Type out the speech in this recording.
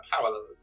parallel